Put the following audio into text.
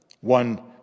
One